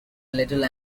little